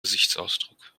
gesichtsausdruck